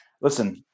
listen